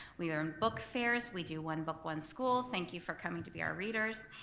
we are in book fairs, we do one book one school, thank you for coming to be our readers.